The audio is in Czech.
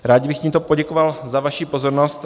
Rád bych tímto poděkoval za vaši pozornost.